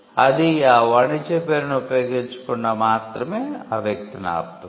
అది ఆ వాణిజ్య పేరును ఉపయోగించకుండా మాత్రమే ఆ వ్యక్తిని ఆపుతుంది